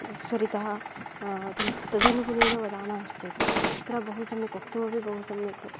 स्वरितः तद् तदनुगुणेन वदामश्चेत् बहुसम्यक् तत्र वक्तुमपि बहु सम्यक्